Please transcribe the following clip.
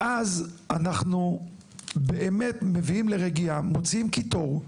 שאז אנחנו באמת מביאים לרגיעה, מוציאים קיטור,